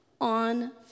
on